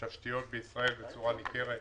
בתשתיות בישראל בצורה ניכרת,